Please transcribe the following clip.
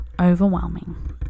overwhelming